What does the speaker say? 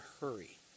hurry